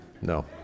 No